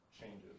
changes